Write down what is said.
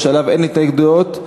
שאין לו התנגדויות,